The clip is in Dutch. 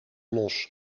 los